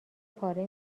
پاره